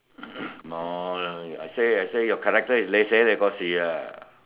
no lah I say I say your character is hokkien ah